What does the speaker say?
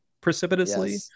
precipitously